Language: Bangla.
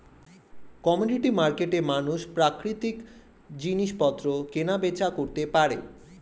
কমোডিটি মার্কেটে মানুষ প্রাকৃতিক জিনিসপত্র কেনা বেচা করতে পারে